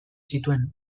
zituen